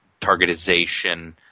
targetization